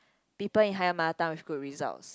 people in higher mother tongue with good results